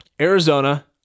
Arizona